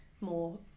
more